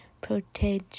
Protege